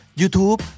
YouTube